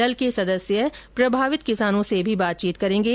दल के सदस्य प्रभावित किसानों से भी बातचीत करेंगे